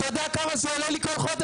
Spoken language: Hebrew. אתה יודע כמה זה עולה לי כל חודש?